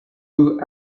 who